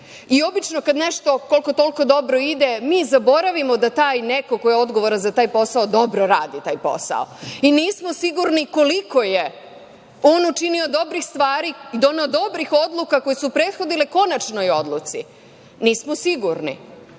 države. Obično kad nešto koliko-toliko dobro ide mi zaboravimo da taj neko ko je odgovoran za taj posao dobro radi taj posao i nismo sigurni koliko je on učinio dobrih stvari, doneo dobrih odluka koje su prethodili konačnoj odluci. Nismo sigurni,